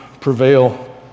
prevail